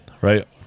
Right